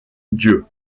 dieu